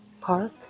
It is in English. park